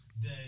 Day